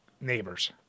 neighbor's